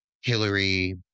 Hillary